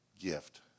gift